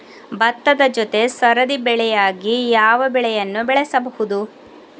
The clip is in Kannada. ಭತ್ತದ ಜೊತೆ ಸರದಿ ಬೆಳೆಯಾಗಿ ಯಾವ ಬೆಳೆಯನ್ನು ಬೆಳೆಯಬಹುದು?